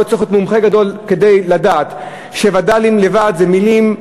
לא צריך להיות מומחה גדול כדי לדעת שווד"לים לבד זה מילים,